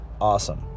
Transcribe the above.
Awesome